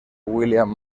william